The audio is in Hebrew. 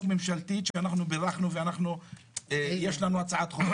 ממשלתית שאנחנו בירכנו ויש לנו הצעת חוק,